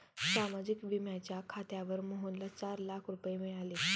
सामाजिक विम्याच्या खात्यावर मोहनला चार लाख रुपये मिळाले